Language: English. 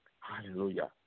hallelujah